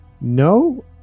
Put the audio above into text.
no